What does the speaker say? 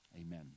amen